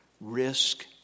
risk